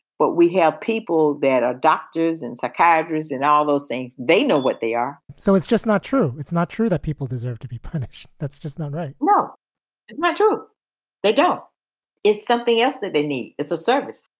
but we have people that are doctors and psychiatrists and all those things. they know what they are so it's just not true. it's not true that people deserve to be punished. that's just not right no matter who they go is something else that they need is a service